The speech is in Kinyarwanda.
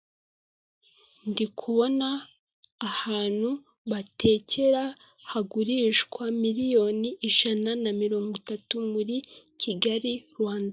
Ndikubona ahantu batekera hagurishwa miliyoni ijana na mirongo itatu muri kigali Rwanda.